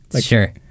Sure